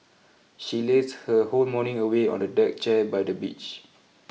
she lazed her whole morning away on a deck chair by the beach